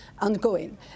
ongoing